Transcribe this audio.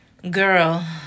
Girl